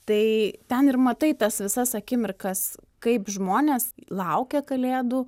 tai ten ir matai tas visas akimirkas kaip žmonės laukia kalėdų